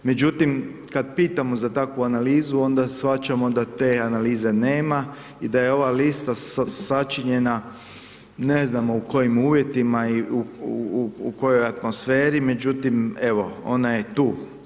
Međutim, kad pitamo za takvu analizu, onda shvaćamo da te analize nema i da je ova lista sačinjena, ne znamo u kojim uvjetima i u kojoj atmosferi, međutim, evo, ona je tu.